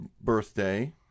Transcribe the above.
birthday